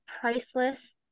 priceless